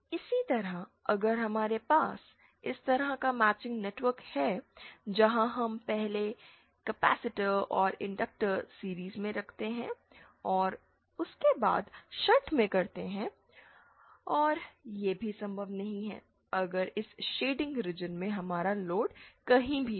इसी तरह अगर हमारे पास इस तरह का मैचिंग नेटवर्क है जहां हम पहले कैपेसिटर और इनडक्टर सीरीज़ में रखते हैं और उसके बाद शंट में करते हैं और यह भी संभव नहीं है अगर इस शेडिंग रीजन में हमारा लोड कहीं भी हो